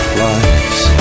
lives